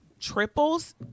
triples